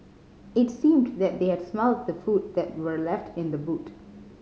it seemed that they had smelt the food that were left in the boot